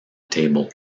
table